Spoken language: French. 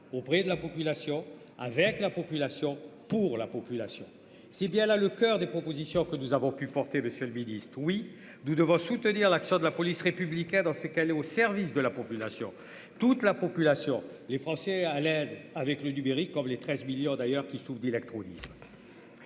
auprès de la population, avec la population pour la population, c'est bien là le coeur des propositions que nous avons. Supporter Monsieur le Ministre, oui nous devons soutenir l'action de la police républicain dans ces cas, au service de la population toute la peau. Assure les Français à l'aide avec le numérique, comme les 13 millions d'ailleurs qui souffrent d'électronique.